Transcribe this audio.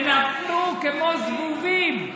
ונפלו כמו זבובים.